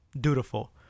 dutiful